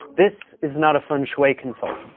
this is not a feng shui consultant.